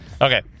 Okay